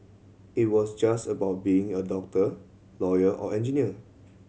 it was just about being a doctor lawyer or engineer